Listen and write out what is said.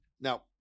Now